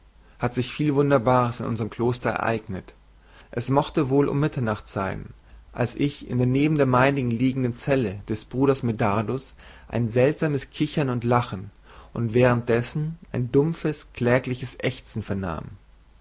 hat sich viel wunderbares in unserm kloster ereignet es mochte wohl um mitternacht sein als ich in der neben der meinigen liegenden zelle des bruders medardus ein seltsames kichern und lachen und währenddessen ein dumpfes klägliches ächzen vernahm